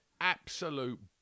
absolute